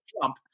Trump